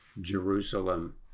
Jerusalem